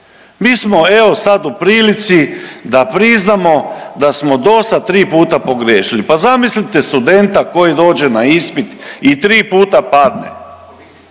Mi smo evo sad u prilici da priznamo da smo do sad tri puta pogriješili. Pa zamislite studenta koji dođe na ispit i tri puta padne.